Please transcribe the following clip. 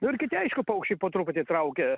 nu ir kiti aišku paukščiai po truputį traukia